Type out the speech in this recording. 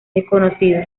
desconocido